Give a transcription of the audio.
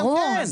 ברור.